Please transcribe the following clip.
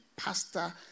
pastor